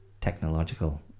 technological